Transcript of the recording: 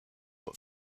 but